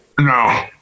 No